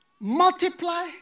multiply